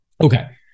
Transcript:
Okay